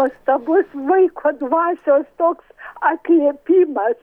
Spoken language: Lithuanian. nuostabus vaiko dvasios toks atliepimas